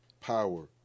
Power